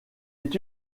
est